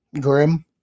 grim